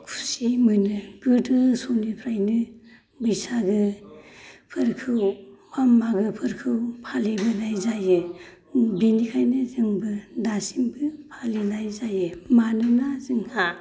खुसि मोनो गोदो समनिफ्रायनो बैसागो फोरखौ बा मागो फोरखौ फालिलायनाय जायो बिनिखायनो जोंबो दासिमबो फालिनाय जायो मानोना जोंहा